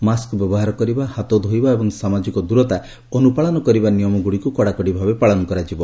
mask ବ୍ୟବହାର କରିବା ହାତ ଧୋଇବା ଏବଂ ସାମାଜିକ ଦୂରତା ଅନୁପାଳନ କରିବା ନିୟମଗୁଡ଼ିକୁ କଡ଼ାକଡ଼ି ଭାବେ ପାଳନ କରାଯିବ